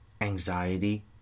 anxiety